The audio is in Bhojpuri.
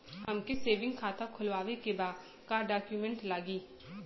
हमके सेविंग खाता खोलवावे के बा का डॉक्यूमेंट लागी?